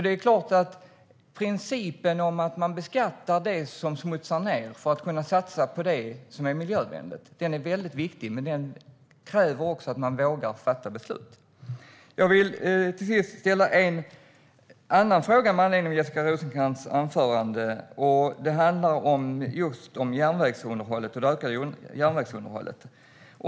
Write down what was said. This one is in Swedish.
Det är klart att principen att man beskattar det som smutsar ned för att kunna satsa på det som är miljövänligt är väldigt viktig, men den kräver också att man vågar fatta beslut. Jag vill till sist ställa en annan fråga med anledning av Jessica Rosencrantz anförande. Den handlar om det ökade järnvägsunderhållet.